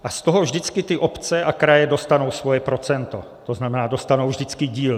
A z toho vždycky ty obce a kraje dostanou svoje procento, tzn. dostanou vždycky díl.